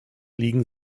liegen